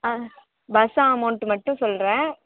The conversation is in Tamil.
ஆ பஸ் அமௌண்ட்டு மட்டும் சொல்கிறேன்